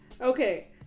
Okay